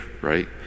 right